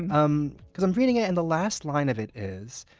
um because i'm reading it and the last line of it is,